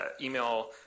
email